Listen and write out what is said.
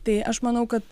tai aš manau kad